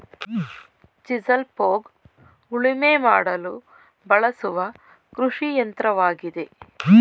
chisel plough ಉಳುಮೆ ಮಾಡಲು ಬಳಸುವ ಕೃಷಿಯಂತ್ರವಾಗಿದೆ